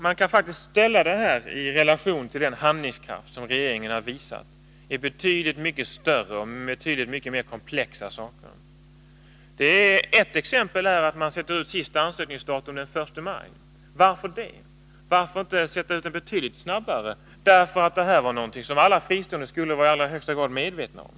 Man kan faktiskt ställa detta i relation till den handlingskraft som regeringen har visat i betydligt mycket större och mera komplexa frågor. Ett exempel är att man sätter den sista ansökningsdagen till den 1 maj. Varför det? Varför inte sätta ut den betydligt tidigare? Det här var någonting som alla fristående skolor i allra högsta grad var medvetna om.